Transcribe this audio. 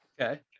okay